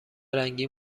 رنگی